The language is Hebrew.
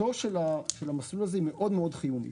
נחיצותו של המסלול הזה מאוד מאוד חיונית.